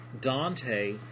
Dante